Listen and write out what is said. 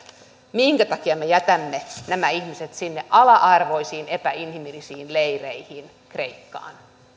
minkä takia me jätämme nämä ihmiset sinne ala arvoisiin epäinhimillisiin leireihin kreikkaan